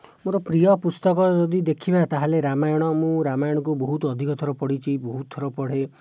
ମୋର ପ୍ରିୟ ପୁସ୍ତକ ଯଦି ଦେଖିବା ତା'ହେଲେ ରାମାୟଣ ମୁଁ ରାମାୟଣକୁ ବହୁତ ଅଧିକ ଥର ପଢ଼ିଛି ବହୁତ ଥର ପଢ଼େ